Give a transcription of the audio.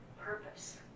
purpose